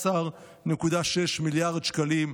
כ-13.6 מיליארד שקלים,